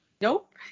nope